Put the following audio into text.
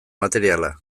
materiala